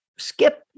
skip